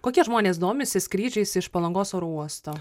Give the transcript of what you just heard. kokie žmonės domisi skrydžiais iš palangos oro uosto